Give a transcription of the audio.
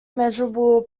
measurable